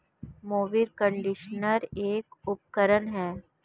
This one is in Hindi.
मोवेर कंडीशनर एक उपकरण है